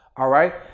all right.